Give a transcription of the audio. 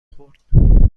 خورد